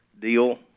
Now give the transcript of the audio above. deal –